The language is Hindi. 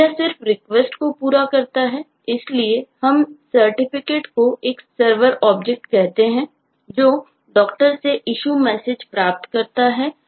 तो यह सिर्फ request को पूरा करता है इसलिए हम Certificate को एक सर्वर ऑब्जेक्ट करता है